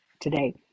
today